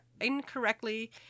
incorrectly